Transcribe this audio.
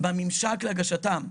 בממשק להגשתן.